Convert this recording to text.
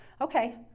okay